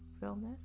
realness